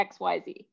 XYZ